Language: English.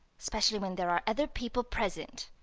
especially when there are other people present.